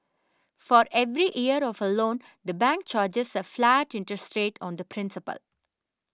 for every year of a loan the bank charges a flat interest rate on the principal